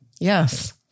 Yes